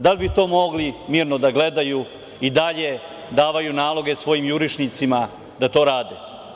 Da li bi to mogli mirno da gledaju i dalje daju naloge svojim jurišnicima da to rade?